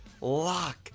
lock